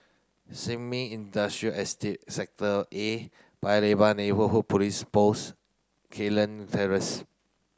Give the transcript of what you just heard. Sin Ming Industrial Estate Sector A Paya Lebar Neighbourhood Police Post Terrace